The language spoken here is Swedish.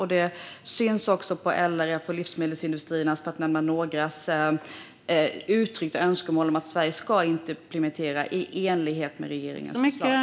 LRF och Livsmedelsföretagen har också uttryckt önskemål om att Sverige ska implementera UTP-direktivet i enlighet med regeringens förslag.